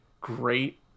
great